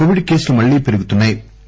Covid కేసులు మర్లీ పెరుగుతున్నా యి